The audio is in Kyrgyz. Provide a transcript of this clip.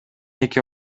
эки